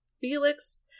Felix